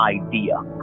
idea